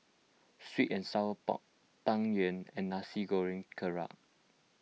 Sweet and Sour Pork Tang Yuen and Nasi Goreng Kerang